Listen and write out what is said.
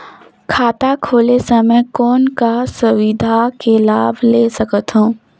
खाता खोले समय कौन का सुविधा के लाभ ले सकथव?